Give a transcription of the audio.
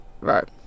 Right